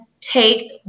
take